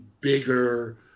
bigger